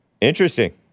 Interesting